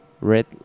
red